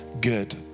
good